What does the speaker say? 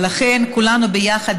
ולכן כולנו ביחד,